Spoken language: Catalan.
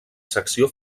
secció